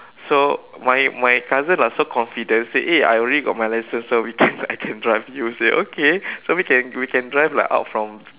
so my my cousin lah so confident say eh I already got my license so we can I can drive you say okay so we can we can drive lah out from